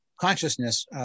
consciousness